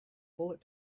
bullet